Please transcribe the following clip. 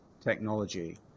technology